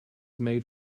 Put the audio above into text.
made